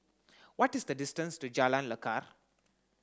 what is the distance to Jalan Lekar